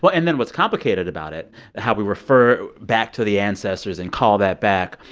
but and then what's complicated about it how we refer back to the ancestors and call that back,